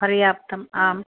पर्याप्तम् आम्